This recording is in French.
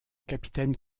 capitaine